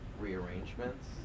rearrangements